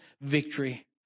victory